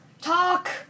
Talk